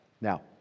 Now